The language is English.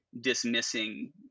dismissing